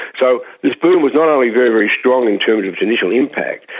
so this boom was not only very, very strong in terms of its initial impact,